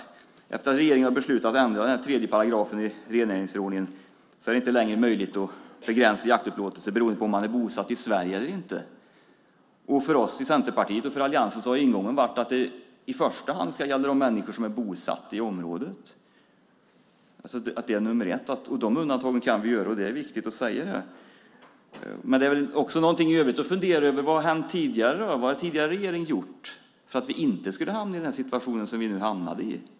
Efter att regeringen beslutat ändra 3 § i rennäringsförordningen är det inte längre möjligt att begränsa jaktupplåtelse beroende på om man är bosatt i Sverige eller inte. För oss i Centerpartiet och för alliansen har ingången varit att det i första hand ska gälla de människor som är bosatta i området. De undantagen kan vi göra. Det är viktigt att säga det. Man kan fundera över vad som hänt tidigare. Vad har den tidigare regeringen gjort för att vi inte skulle hamna i den situation som vi nu hamnade i?